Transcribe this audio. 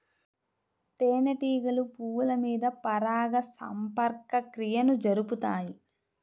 తేనెటీగలు పువ్వుల మీద పరాగ సంపర్క క్రియను జరుపుతాయి